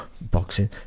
boxing